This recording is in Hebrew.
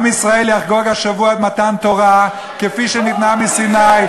עם ישראל יחגוג השבוע את מתן תורה כפי שניתנה בסיני,